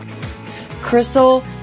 Crystal